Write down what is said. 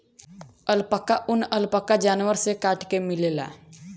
alpaca ऊन, alpaca जानवर से काट के मिलेला